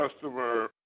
customer